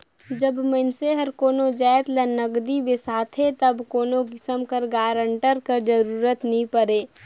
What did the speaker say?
जब मइनसे हर कोनो जाएत ल नगदी बेसाथे तब कोनो किसिम कर गारंटर कर जरूरत नी परे